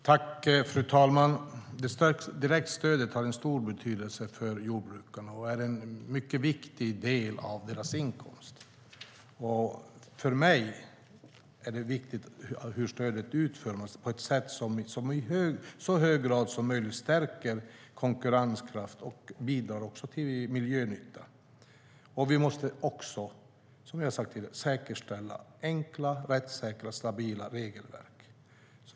Fru talman! Direktstödet har en stor betydelse för jordbrukarna och är en mycket viktig del av deras inkomst. För mig är det viktigt att stödet utformas på ett sådant sätt att det i så hög grad som möjligt stärker konkurrenskraft och bidrar till miljönytta. Vi måste också, som jag har sagt tidigare, säkerställa enkla, rättssäkra och stabila regelverk.